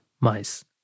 mice